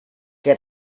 qué